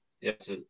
yes